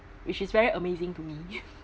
which is very amazing to me